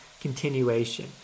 continuation